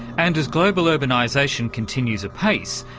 and as global urbanisation continues apace,